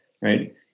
right